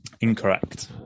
Incorrect